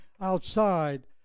outside